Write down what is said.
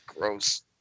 Gross